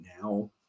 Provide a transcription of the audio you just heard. now